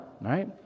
right